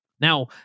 Now